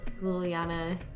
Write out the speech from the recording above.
Liliana